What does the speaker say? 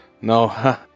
No